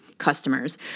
customers